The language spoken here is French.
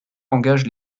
engage